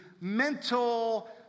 mental